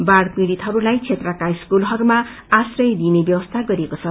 बाढ़ पीड़ितहरूलाई क्षेत्रका स्कूलहरूमा आश्रय दिइने व्यवस्धी गरिएको छ